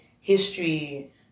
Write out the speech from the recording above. history